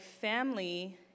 family